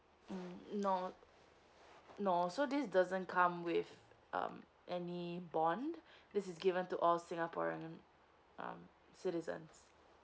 mm no no so this doesn't come with um any born this is given to all singaporean um citizens